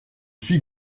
suis